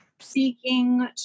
seeking